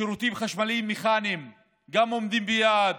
שירותים חשמליים מכניים גם עומדים ביעד,